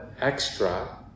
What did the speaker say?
extra